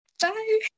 Bye